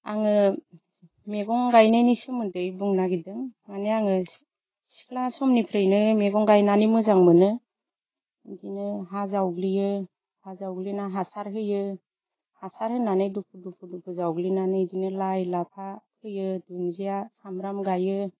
आङो मैगं गायनायनि सोमोन्दै बुंनो नागिरदों माने आङो सिख्ला समनिफ्रायनो मैगं गायनानै मोजां मोनो इदिनो हा जावग्लियो हा जावग्लिना हासार होयो हासार होनानै दुफु दुफु जावग्लिनानै इदिनो लाइ लाफा फोयो दुन्दिया सामब्राम गायो